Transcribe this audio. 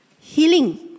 healing